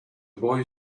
boy